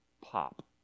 pop